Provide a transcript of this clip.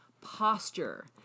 Posture